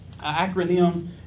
acronym